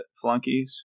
flunkies